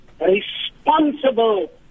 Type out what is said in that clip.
responsible